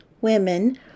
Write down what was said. women